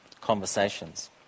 conversations